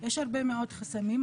יש הרבה מאוד חסמים,